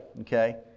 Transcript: Okay